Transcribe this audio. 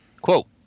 Quote